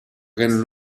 reine